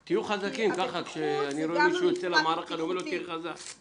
כי הבטיחות זה גם המפרט הבטיחותי.